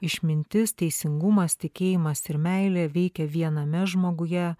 išmintis teisingumas tikėjimas ir meilė veikia viename žmoguje